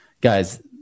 Guys